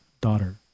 daughter